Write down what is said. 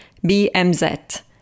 BMZ